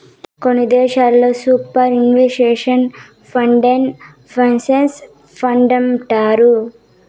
కొన్ని దేశాల్లో superannuation ఫండేనే పెన్సన్ ఫండంటారు